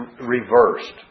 reversed